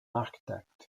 architect